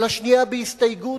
על השנייה בהסתייגות,